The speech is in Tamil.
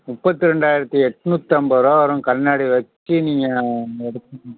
முப்பத்தி ரெண்டாயிரத்தி எட்நூத்தம்பரூபா வரும் கண்ணாடி வச்சு நீங்கள் எடுத்